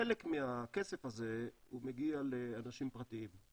חלק מהכסף הזה מגיע לאנשים פרטיים,